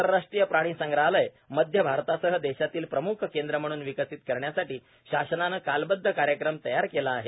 आंतरराष्ट्रीय प्राणी संग्रहालय मध्य भारतासह देशातील प्रमुख केंद्र म्हणून विकसित करण्यासाठी शासनाने कालबद्ध कार्यक्रम तयार केला आहे